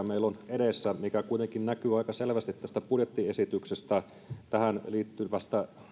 meillä edessä olevaa todellisuutta mikä kuitenkin näkyy aika selvästi tästä budjettiesityksestä tähän liittyvästä